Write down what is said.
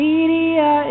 Media